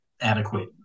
adequate